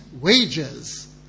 wages